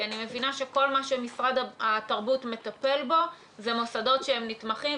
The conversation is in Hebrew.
כי אני מבינה שכל מה שמשרד התרבות מטפל בו הם מוסדות שהם נתמכים.